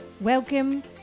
welcome